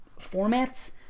formats